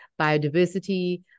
biodiversity